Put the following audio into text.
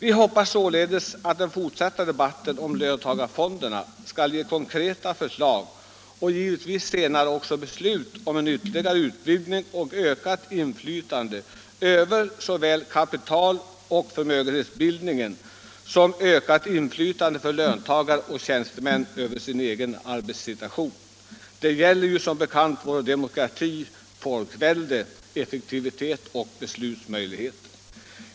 Vi hoppas således att den fortsatta debatten om löntagarfonderna skall ge konkreta förslag och givetvis senare också beslut om en ytterligare utvidgning, ett ökat inflytande över kapitaloch förmögenhetsbildningen och en större bestämmanderätt för löntagare och tjänstemän över deras egen arbetssituation. Det gäller ju vår demokratis, vårt folkväldes effektivitet och beslutsmöjligheter.